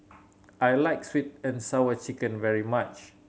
I like Sweet And Sour Chicken very much